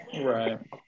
Right